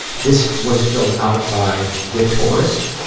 this was filled out by whitaurus,